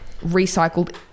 recycled